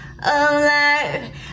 alive